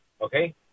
okay